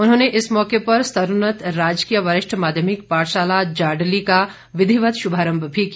उन्होंने इस मौके पर स्तरोन्नत राजकीय वरिष्ठ माध्यमिक पाठशाला जाडली का विधिवत श्भारम्भ भी किया